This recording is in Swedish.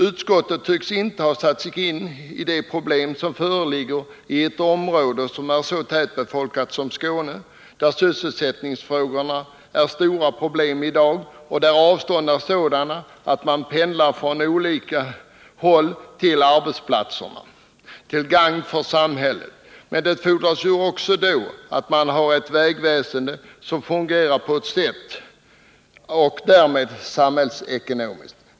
Utskottet tycks inte ha satt sig in i de problem som föreligger i ett område som är så tättbefolkat som Skåne, där sysselsättningsproblemen är stora i dag och där avstånden är sådana att man pendlar från olika håll till arbetsplatser, allt till gagn för samhället. Det fordras ju också då att man har ett vägväsende som fungerar på rätt sätt och därmed samhällsekonomiskt.